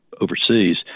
overseas